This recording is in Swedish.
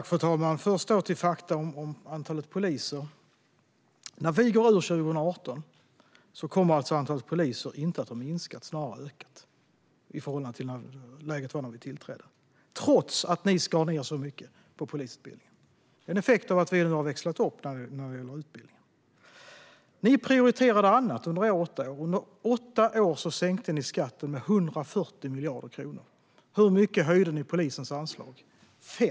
Fru talman! Låt mig börja med fakta om antalet poliser. När vi går ut ur 2018 kommer antalet poliser inte att ha minskat utan snarare att ha ökat i förhållande till hur läget var när vi tillträdde, trots att ni skar ned så mycket på polisutbildningen. Detta är en effekt av att vi nu har växlat upp när det gäller utbildning. Ni prioriterade annat under era åtta år i regeringsställning. Under åtta år sänkte ni skatten med 140 miljarder kronor. Hur mycket höjde ni polisens anslag med?